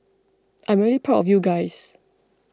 I'm really proud of you guys